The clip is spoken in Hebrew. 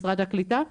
משרד הקליטה,